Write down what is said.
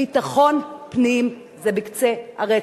ביטחון פנים, זה בקצה הרצף.